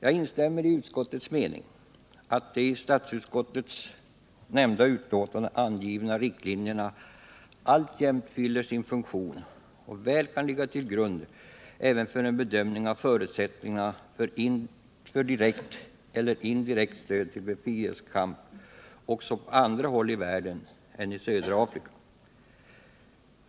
Jag instämmer i utskottets mening att de i statsutskottets nämnda utlåtande angivna riktlinjerna alltjämt fyller sin funktion och väl kan ligga till grund även för en bedömning av förutsättningarna för direkt eller indirekt stöd till befrielsekamp också på andra håll i världen än i södra Afrika.